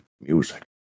music